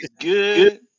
Good